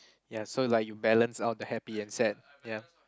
ya so like you balance out the happy and sad ya